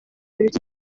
urukiko